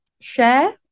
share